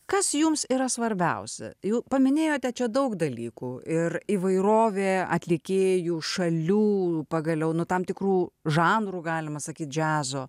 kas jums yra svarbiausia jūs paminėjote čia daug dalykų ir įvairovė atlikėjų šalių pagaliau nuo tam tikrų žanrų galima sakyti džiazo